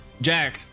Jack